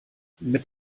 mit